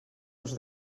els